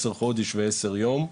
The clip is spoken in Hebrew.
עשרה חודשים ועשרה ימים,